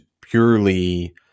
purely